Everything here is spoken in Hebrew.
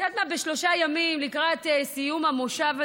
שלושה ימים לקראת סיום המושב הזה,